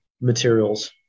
materials